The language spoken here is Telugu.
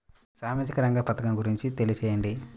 సామాజిక రంగ పథకం గురించి తెలియచేయండి?